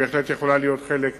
המעורבות בהחלט יכולה להיות חלק